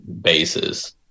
bases